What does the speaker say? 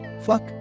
fuck